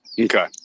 Okay